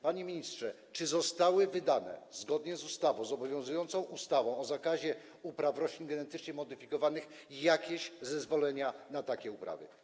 Panie ministrze, czy zostały wydane, zgodnie z obowiązującą ustawą o zakazie upraw roślin genetycznie modyfikowanych, jakieś zezwolenia na takie uprawy?